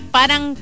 parang